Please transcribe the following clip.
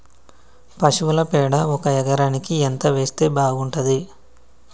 పశువుల పేడ ఒక ఎకరానికి ఎంత వేస్తే బాగుంటది?